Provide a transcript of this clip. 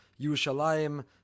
Yerushalayim